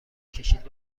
کشید